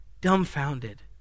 dumbfounded